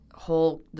whole